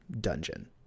dungeon